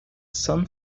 sun